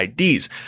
IDs